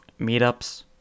meetups